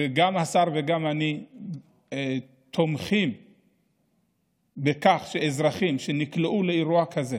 וגם השר וגם אני תומכים בכך שאזרחים שנקלעו לאירוע כזה